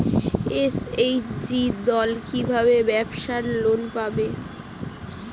SHG দল কী ভাবে ব্যাবসা লোন পাবে?